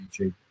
YouTube